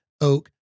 oak